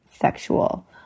sexual